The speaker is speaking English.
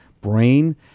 brain